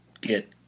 get